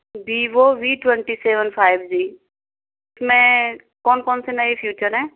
Vivo V twenty seven five G मैं कौन कौन से नए फीचर हैं